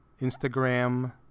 Instagram